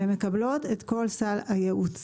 והן מקבלות את כל סל הייעוץ.